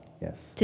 Yes